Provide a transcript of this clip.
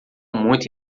muito